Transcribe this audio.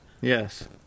Yes